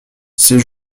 ses